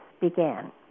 began